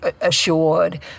assured